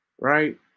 right